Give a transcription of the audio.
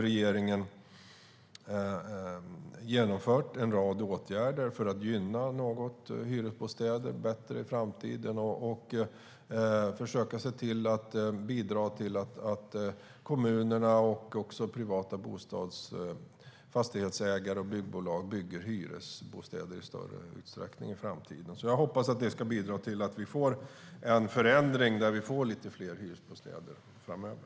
Regeringen har genomfört en rad åtgärder för att gynna hyresbostäder något mer i framtiden och försöka bidra till att kommunerna, de privata fastighetsägarna och byggbolagen bygger hyresbostäder i större utsträckning. Jag hoppas att detta ska bidra till att vi får en förändring med lite fler hyresbostäder framöver.